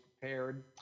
prepared